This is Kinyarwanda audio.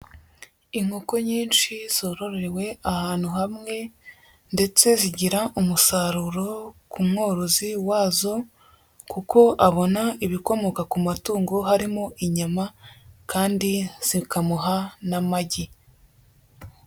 Inkoko nyinshi zorororewe ahantu hamwe ndetse zigira umusaruro ku mworozi wazo, kuko abona ibikomoka ku matungo, harimo inyama kandi zikamuha n'amagi.